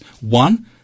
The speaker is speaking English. one